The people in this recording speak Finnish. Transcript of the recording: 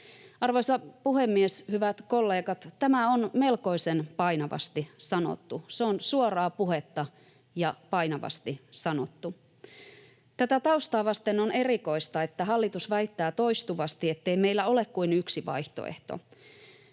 Arvoisa puhemies! Hyvät kollegat! Tämä on melkoisen painavasti sanottu, se on suoraa puhetta ja painavasti sanottu. Tätä taustaa vasten on erikoista, että hallitus väittää toistuvasti, ettei meillä ole kuin yksi vaihtoehto,